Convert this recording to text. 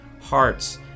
hearts